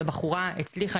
הבחורה הצליחה,